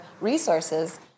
resources